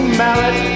mallet